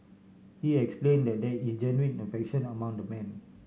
he explain that there is genuine affection among the men